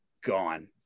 gone